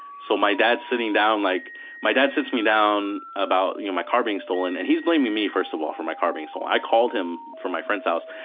so my dad is sitting down. like my dad sits me down about you know my car being stolen, and he's blaming me first of all for my car being stolen. i called him from my friend's house,